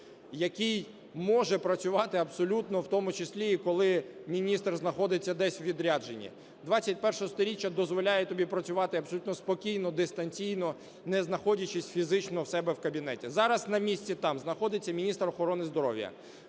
який може працювати абсолютно в тому числі і коли міністр знаходиться десь у відрядженні, ХХІ сторіччя дозволяє тобі працювати абсолютно спокійно дистанційно, не знаходячись фізично в себе в кабінеті. Зараз на місті там знаходиться міністр охорони здоров'я.